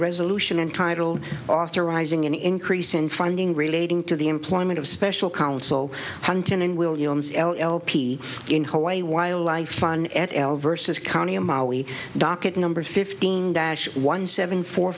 resolution entitled authorizing an increase in finding relating to the employment of special counsel huntin in williams l o l p in hawaii wildlife fun et al versus county in maui docket number fifteen dash one seven four